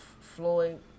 Floyd